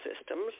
systems